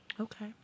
Okay